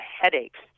headaches